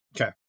Okay